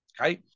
okay